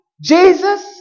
Jesus